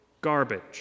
garbage